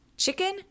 Chicken